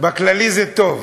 בכללי זה טוב.